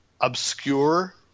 obscure